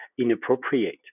inappropriate